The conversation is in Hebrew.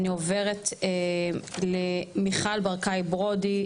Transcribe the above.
אני עוברת למיכל ברקאי ברודי,